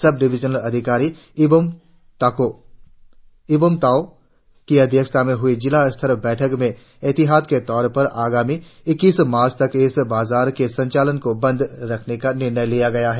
सब डिविजनल अधिकारी इबोम ताओ की अध्यक्षता में हुई जिला स्तर बैठक में ऐतिहात के तौर पर आगामी इक्कीस मार्च तक इस बाजार के संचालन को बंद रखने का निर्णय लिया गया है